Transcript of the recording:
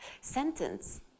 sentence